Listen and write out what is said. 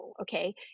okay